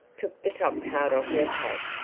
took the top card off her pack,